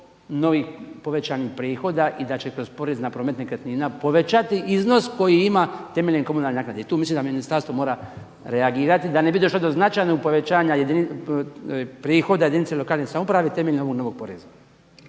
novih povećanih prihoda i da će kroz porez na promet nekretnina povećati iznos koji ima temeljem komunalne naknade. Tu mislim da ministarstvo mora reagirati da ne bi došlo do značajnog povećanja prihoda jedinice lokalne samouprave temeljem ovog novog poreza.